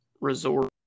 resort